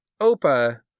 Opa